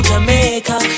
Jamaica